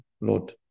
Lord